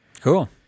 Cool